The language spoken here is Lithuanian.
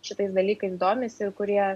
šitais dalykais domisi ir kurie